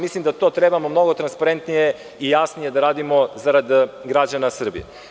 Mislim da to trebamo mnogo transparentnije i jasnije da radimo zarad građana Srbije.